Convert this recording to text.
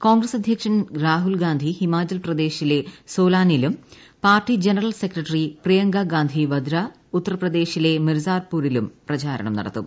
കോൺഗ്രസ് അധ്യക്ഷൻ Rahul Gandhi ഹിമാചൽപ്രദേശീലെ സോലാനിലും party general secretary Priyanka Gandhi Vadra ഉത്തർപ്രദേശിലെ മിർസാപൂരിലും പ്രചാരണം നടത്തും